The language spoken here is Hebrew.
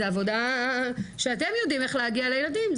זה עבודה שאתם יודעים איך להגיע אל הילדים,